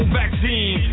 vaccine